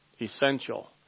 Essential